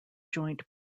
joint